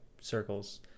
circles